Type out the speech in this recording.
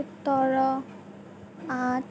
সোতৰ আঠ